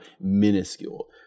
minuscule